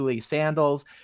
sandals